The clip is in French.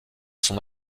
son